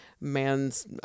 man's